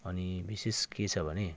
अनि विशेष के छ भने